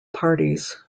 parties